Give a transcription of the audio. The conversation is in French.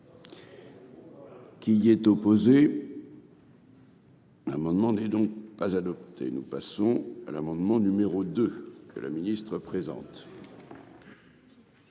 Qui y est opposé. L'amendement n'est donc pas adoptée, nous passons à l'amendement numéro 2 que la ministre présente.